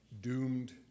doomed